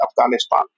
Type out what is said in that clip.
Afghanistan